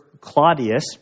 claudius